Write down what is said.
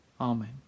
Amen